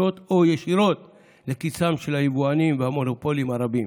או ישירות לכיסם של היבואנים והמונופולים הרבים".